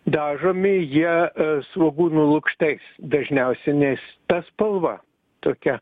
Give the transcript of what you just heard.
dažomi jie svogūnų lukštais dažniausiai nes ta spalva tokia